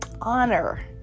honor